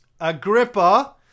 Agrippa